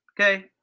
okay